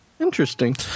interesting